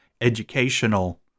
educational